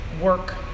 work